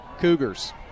Cougars